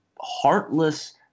heartless